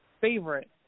Favorite